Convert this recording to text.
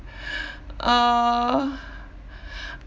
uh